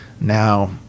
now